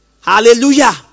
Hallelujah